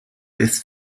this